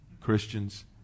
Christians